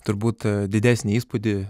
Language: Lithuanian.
turbūt didesnį įspūdį